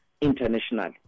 internationally